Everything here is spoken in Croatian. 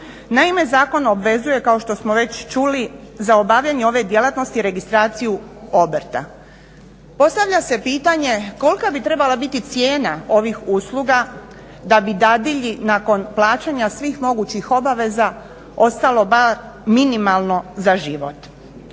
Naime, zakon obvezuje kao što smo već čuli za obavljanje ove djelatnosti registraciju obrta. Postavlja se pitanje kolika bi trebala biti cijena ovih usluga da bi dadilji nakon plaćanja svih mogućih obaveza ostalo bar minimalno za život.